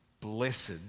blessed